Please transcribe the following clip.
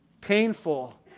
painful